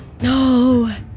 No